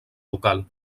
local